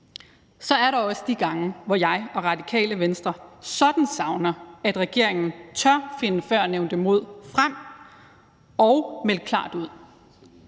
så er der også de gange, hvor jeg og Radikale Venstre sådan savner, at regeringen tør finde det førnævnte mod frem og melde klart ud.